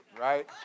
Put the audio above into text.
Right